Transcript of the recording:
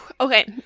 Okay